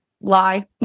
Lie